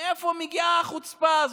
מאיפה מגיעה החוצפה הזו?